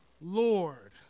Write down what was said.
Lord